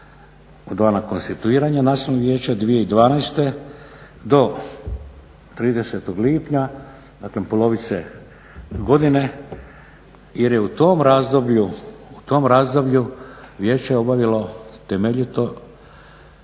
dana konstituiranja Nacionalnog vijeća 2012. do 30. lipnja, dakle polovice godine jer je u tom razdoblju Vijeće obavilo temeljito